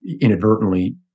inadvertently